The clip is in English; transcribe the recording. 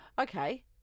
Okay